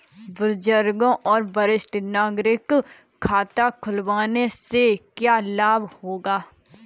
बुजुर्गों को वरिष्ठ नागरिक खाता खुलवाने से क्या लाभ होगा?